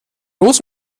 los